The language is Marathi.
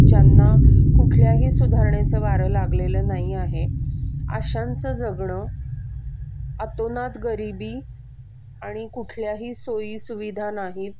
ज्यांना कुठल्याही सुधारणेचं वारं लागलेलं नाही आहे अशांचं जगणं अतोनात गरिबी आणि कुठल्याही सोयीसुविधा नाहीत